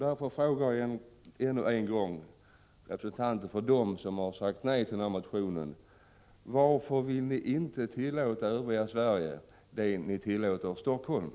Därför frågar jag nu ännu en gång representanterna för dem som har sagt nej till motionen: Varför vill ni inte tillåta övriga Sverige det ni tillåter Helsingfors?